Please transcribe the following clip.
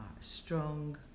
strong